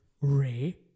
Ray